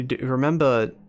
Remember